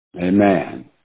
Amen